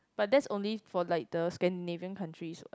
but that's only for like the Scandinavian countries what